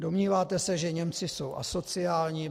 Domníváte se, že Němci jsou asociální?